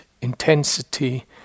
intensity